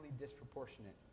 disproportionate